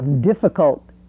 difficult